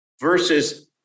versus